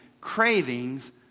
Cravings